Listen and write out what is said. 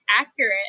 accurate